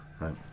right